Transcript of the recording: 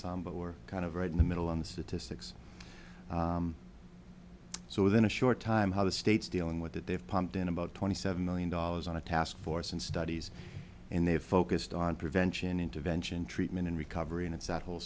some but we're kind of right in the middle on the statistics so within a short time how the states dealing with that they've pumped in about twenty seven million dollars on a task force and studies and they have focused on prevention intervention treatment and recovery and sat whole